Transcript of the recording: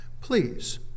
Please